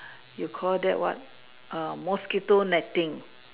you call that what err mosquito netting